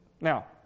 Now